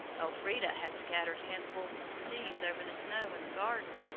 elfrida had scattered handfuls of seeds over the snow in the garden,